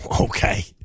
okay